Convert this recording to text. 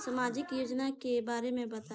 सामाजिक योजना के बारे में बताईं?